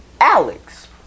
Alex